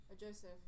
Joseph